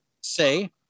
say